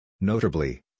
Notably